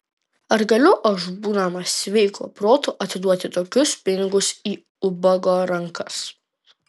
ar galiu aš būdamas sveiko proto atiduoti tokius pinigus į ubago rankas